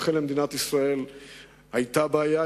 ולמדינת ישראל אומנם היתה בעיה,